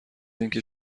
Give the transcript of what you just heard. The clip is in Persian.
اینکه